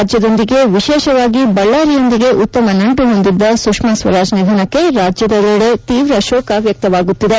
ರಾಜ್ಯದೊಂದಿಗೆ ವಿಶೇಷವಾಗಿ ಬಳ್ದಾರಿಯೊಂದಿಗೆ ಉತ್ತಮ ನಂಟು ಹೊಂದಿದ್ದ ಸುಷ್ಮಾ ಸ್ವರಾಜ್ ನಿಧನಕ್ಕೆ ರಾಜ್ಯದೆಲ್ಲೆಡೆ ತೀವ್ರ ಶೋಕ ವ್ಯಕ್ತವಾಗುತ್ತಿದೆ